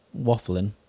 waffling